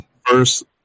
first